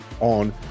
on